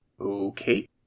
Okay